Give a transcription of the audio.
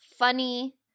funny